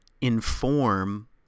inform